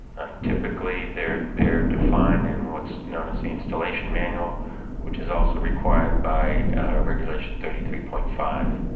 and typically they're they're defined in what's known as the installation manual which is also required by regulation thirty three point five.